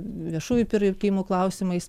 viešųjų pirkimų klausimais